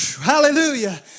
Hallelujah